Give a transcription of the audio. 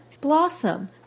blossom